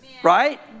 Right